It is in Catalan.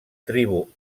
tribu